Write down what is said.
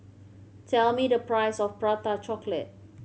tell me the price of Prata Chocolate